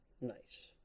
Nice